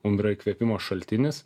mum yra įkvėpimo šaltinis